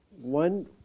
one